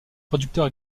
producteur